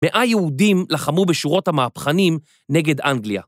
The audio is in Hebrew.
מאה יהודים לחמו בשורות המהפכנים נגד אנגליה?